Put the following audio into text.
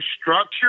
structure